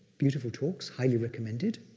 beautiful talks, highly recommended.